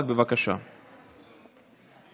חניה), התשפ"ב 2022, התקבלה